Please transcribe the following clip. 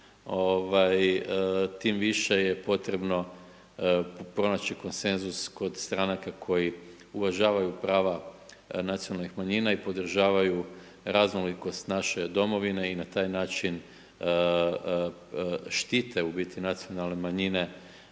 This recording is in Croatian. tim više je potrebno pronaći konsenzus kod stranaka koji uvažavaju prava nacionalnih manjina i podržavaju raznolikost naše domovine i na taj način štite u biti nacionalne manjine